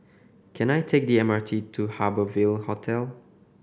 can I take the M R T to Harbour Ville Hotel